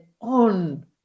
on